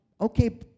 okay